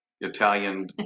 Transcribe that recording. Italian